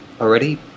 already